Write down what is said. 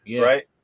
right